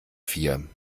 vier